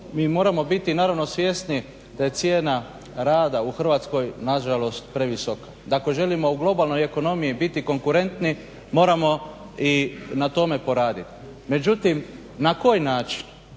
mi moramo biti naravno svjesni da je cijena rada u Hrvatskoj nažalost previsoka. Da ako želimo u globalnoj ekonomiji biti konkurentniji moramo i na tome poraditi. Međutim, na koji način?